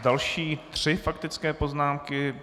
Další tři faktické poznámky.